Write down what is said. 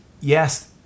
yes